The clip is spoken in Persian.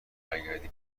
برگردی